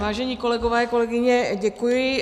Vážení kolegové, kolegyně, děkuji.